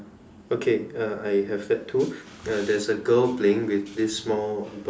okay uh I have that too uh there is a girl playing with this small ball